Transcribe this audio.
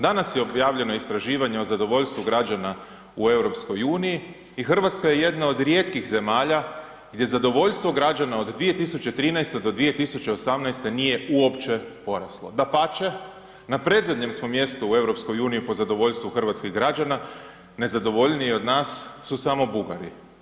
Danas je objavljeno istraživanje o zadovoljstvu građana u EU i Hrvatska je jedna od rijetkih zemalja gdje zadovoljstvo građana od 2013. do 2018. nije uopće poraslo, dapače, na predzadnjem smo mjestu u EU po zadovoljstvu hrvatskih građana, nezadovoljniji od nas su samo Bugari.